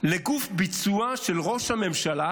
לגוף ביצוע של ראש הממשלה,